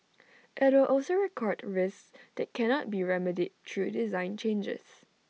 IT will also record risks that cannot be remedied through design changes